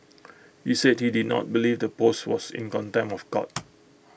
he said he did not believe the post was in contempt of court